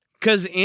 Cause